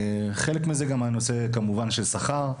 חלק מזה היה כמובן בגלל הנושא של שכר,